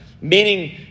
Meaning